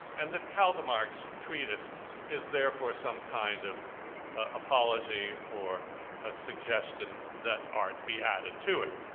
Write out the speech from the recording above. and that caldemar's treatise is therefore some kind of apology for suggestion that art be added to it.